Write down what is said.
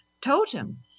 totem